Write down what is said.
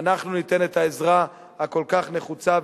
אנחנו ניתן את העזרה הכל-כך נחוצה.